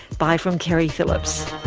bye from keri phillips